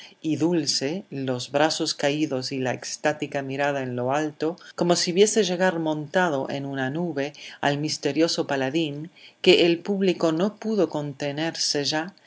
y dulce los brazos caídos y la extática mirada en lo alto como si viese llegar montado en una nube al misterioso paladín que el público no pudo contenerse ya